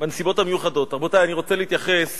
רבותי, אני רוצה להתייחס